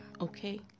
Okay